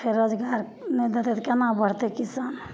फेर रोजगार नहि देतै तऽ कोना बढ़तै किसान